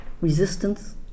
resistance